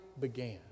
began